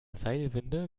seilwinde